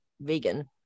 vegan